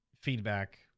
feedback